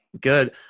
Good